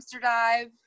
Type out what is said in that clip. dive